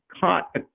caught